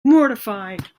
mortified